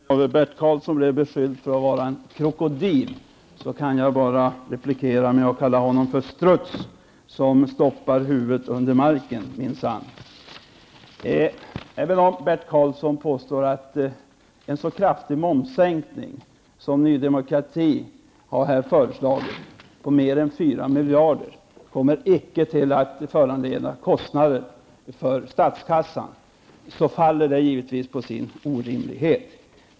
Herr talman! Eftersom jag av Bert Karlsson blev beskylld för att vara en krokodil, kan jag replikera med att kalla honom för struts, som stoppar huvudet i under marken. Även om Bert Karlsson påstår att en så kraftig momssänkning som Ny Demokrati har föreslagit, på mer än 4 miljarder, icke kommer att föranleda kostnader för statskassan så faller det givetvis på sin orimlighet.